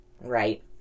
right